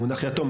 המונח "יתום",